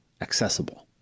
accessible